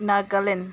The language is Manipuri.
ꯅꯒꯥꯂꯦꯟ